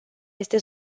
este